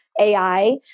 AI